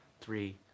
three